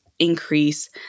Increase